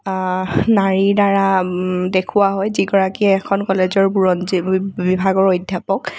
নাৰীৰদ্বাৰা দেখুওৱা হয় যিগৰাকীয়ে এখন কলেজৰ বুৰঞ্জী বিভাগৰ অধ্যাপক